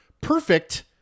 perfect